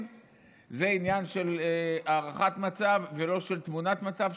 זה עניין של הערכת מצב ולא של תמונת מצב,